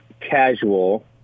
casual